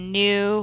new